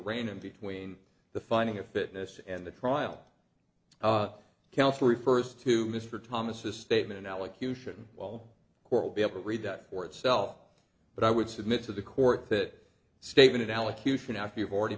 ran into tween the finding of fitness and the trial counsel refers to mr thomas a statement allocution well court will be able to read that for itself but i would submit to the court that statement allocution after you've already